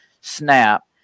snap